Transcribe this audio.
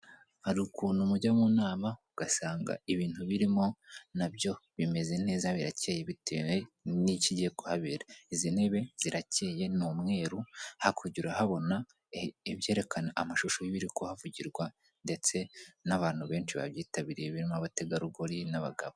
Harukuntu mujya munana ugasanga ibintu birimo nabyo bimeze neza birakeye bitewe nikigiye kuhabera, izi ntebe zirakeye numweru hakurya urahabona ibyerekana amashusho yibiri kuhavugirwa ndetse nabantu benshi babyitabiriye barimo abategarugori nabagabo.